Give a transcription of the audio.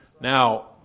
Now